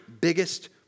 biggest